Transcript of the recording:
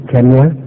Kenya